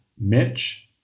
Mitch